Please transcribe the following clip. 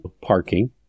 parking